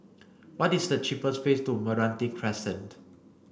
what is the cheapest way to Meranti Crescent